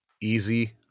easy